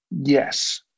Yes